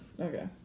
Okay